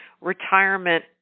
retirement